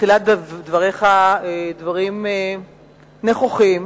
בתחילת דבריך, דברים נכוחים